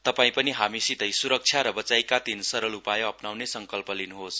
तपाई पनि हामीसितै सुरक्षा र वचाइका तीन सरल उपाय अप्नाउने संकल्प गर्नुहोस